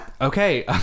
Okay